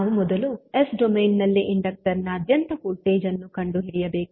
ನಾವು ಮೊದಲು S domain ನಲ್ಲಿ ಇಂಡಕ್ಟರ್ ನಾದ್ಯಂತ ವೋಲ್ಟೇಜ್ ಅನ್ನು ಕಂಡುಹಿಡಿಯಬೇಕು